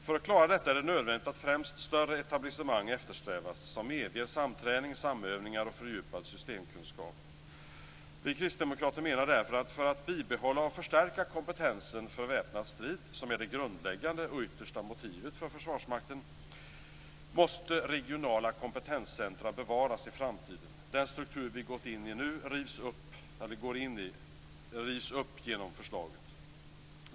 För att klara detta är det nödvändigt att främst större etablissemang eftersträvas som medger samträning, samövningar och fördjupad systemkunskap. Vi kristdemokrater menar därför att för att bibehålla och förstärka kompetensen för väpnad strid, som är det grundläggande och yttersta motivet för Försvarsmakten, måste regionala kompetenscentrum bevaras i framtiden. Den struktur vi gått in i rivs upp genom förslaget.